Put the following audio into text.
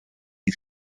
die